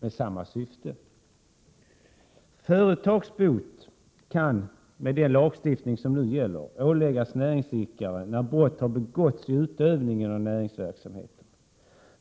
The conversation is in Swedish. Enligt gällande lagstiftning kan företagsbot åläggas näringsidkare när brott har begåtts i utövningen av näringsverksamhet.